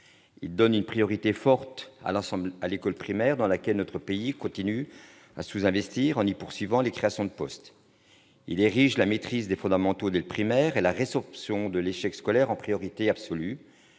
Il donne une priorité forte à l'école primaire, dans laquelle notre pays continue à sous-investir, en y poursuivant les créations de postes. Il érige la maîtrise des fondamentaux dès le primaire et la résorption de l'échec scolaire en priorité absolue.